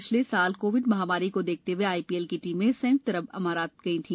पिछले साल कोविड महामारी को देखते हुए आईपीएल की टीमें संयुक्त अरब अमारात गईं थी